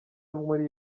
muri